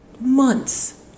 months